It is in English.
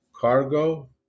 cargo